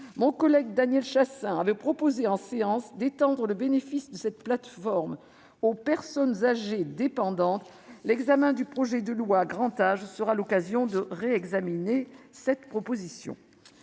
Mon collègue Daniel Chasseing avait proposé en séance publique d'étendre le bénéfice de cette plateforme aux personnes âgées dépendantes. L'examen du projet de loi Grand Âge sera l'occasion de réexaminer cette mesure.